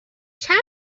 چند